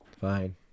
Fine